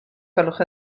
gwelwch